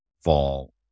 fall